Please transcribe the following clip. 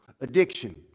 Addiction